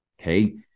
Okay